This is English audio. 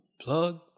Plug